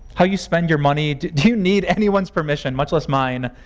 how you spend your money? do you need anyone's permission, much less mine,